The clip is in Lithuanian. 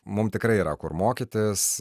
mums tikrai yra kur mokytis